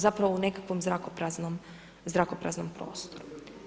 Zapravo u nekakvom zrakopraznom prostoru.